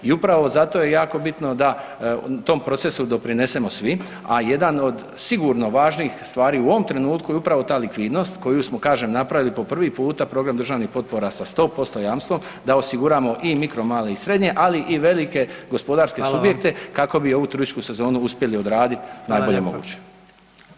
I upravo zato je jako bitno da tom procesu doprinesemo svi a jedan od sigurno važnih stvari u ovom trenutku je upravo ta likvidnost koju smo kažem, napravili po prvi pita, program državnih potpora sa 100% jamstvom, da osiguramo i mikro, male i srednje ali i velike gospodarske subjekte [[Upadica predsjednik: Hvala vam.]] kako bi ovu turističku sezonu uspjeli odradit najbolje moguće.